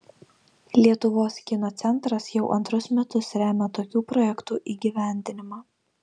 lietuvos kino centras jau antrus metus remia tokių projektų įgyvendinimą